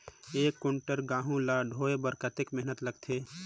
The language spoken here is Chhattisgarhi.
एक कुंटल गहूं ला ढोए बर कतेक मेहनत लगथे?